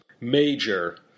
major